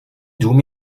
dům